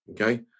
Okay